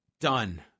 Done